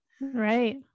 Right